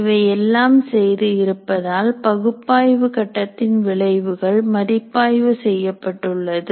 இவை எல்லாம் செய்து இருப்பதால் பகுப்பாய்வு கட்டத்தின் விளைவுகள் மதிப்பாய்வு செய்யப்பட்டுள்ளது